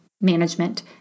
management